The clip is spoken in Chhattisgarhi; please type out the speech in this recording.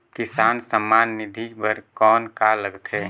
किसान सम्मान निधि बर कौन का लगथे?